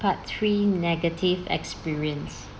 part three negative experience